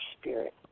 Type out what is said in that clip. spirit